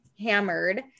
hammered